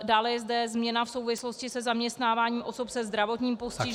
Dále je zde změna v souvislosti se zaměstnáváním osob se zdravotním postižením